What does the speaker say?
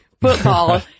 football